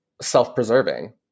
self-preserving